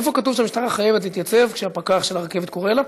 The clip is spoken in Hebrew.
איפה כתוב שהמשטרה חייבת להתייצב כשהפקח של הרכבת קורא לה,